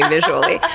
ah visually.